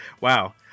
Wow